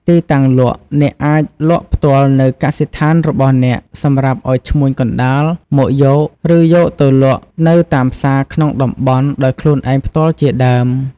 ទីតាំងលក់ អ្នកអាចលក់ផ្ទាល់នៅកសិដ្ឋានរបស់អ្នកសម្រាប់អោយឈ្មួញកណ្តាលមកយក ឬយកទៅលក់នៅតាមផ្សារក្នុងតំបន់ ដោយខ្លួនឯងផ្ទាល់ជាដើម។